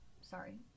Sorry